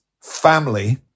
family